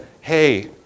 hey